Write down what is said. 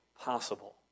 possible